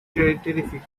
terrific